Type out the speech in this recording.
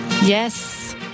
Yes